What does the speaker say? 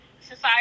society